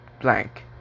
blank